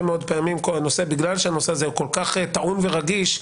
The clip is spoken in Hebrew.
מאוד פעמים בגלל שהנושא הזה הוא כל כך טעון ורגיש,